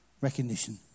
recognition